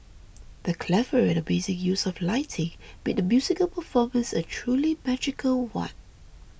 the clever and amazing use of lighting made the musical performance a truly magical one